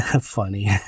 Funny